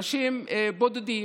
אנשים בודדים,